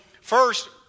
first